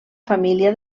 família